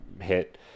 hit